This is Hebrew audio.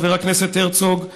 חבר הכנסת הרצוג,